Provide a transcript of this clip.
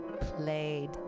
played